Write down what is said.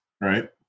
Right